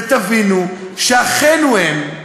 ותבינו שאחינו הם,